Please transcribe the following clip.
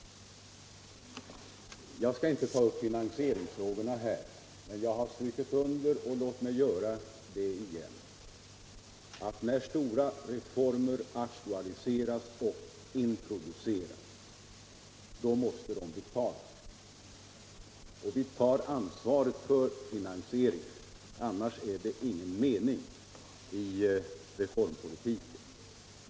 Jag skall inte här ta upp finansieringsfrågorna, men jag har strukit under förut, och låt mig göra det igen, att när stora reformer aktualiseras och introduceras, då måste de också betalas. Vi tar ansvaret för finansieringen. Annars är det ingen mening i reformpolitiken.